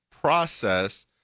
process